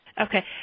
Okay